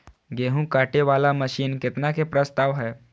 गेहूँ काटे वाला मशीन केतना के प्रस्ताव हय?